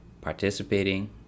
participating